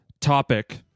topic